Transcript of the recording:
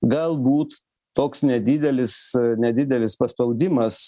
galbūt toks nedidelis nedidelis paspaudimas